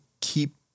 keep